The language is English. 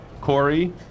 Corey